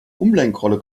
umlenkrolle